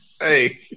Hey